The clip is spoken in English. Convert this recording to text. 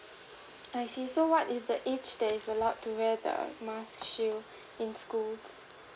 I see so what is the age that is allowed to wear the mask shield in school